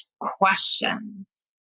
questions